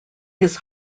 his